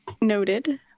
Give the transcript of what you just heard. Noted